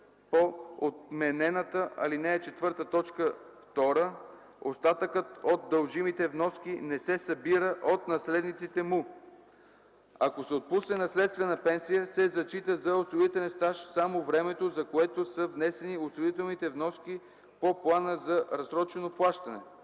по отменената ал. 4, т. 2 остатъкът от дължимите вноски не се събира от наследниците му. Ако се отпусне наследствена пенсия, се зачита за осигурителен стаж само времето, за което са внесени осигурителни вноски по плана за разсрочено плащане.”